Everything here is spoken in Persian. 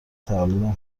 تولدم